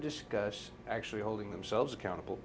discuss actually holding themselves accountable